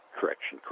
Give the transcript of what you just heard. Correction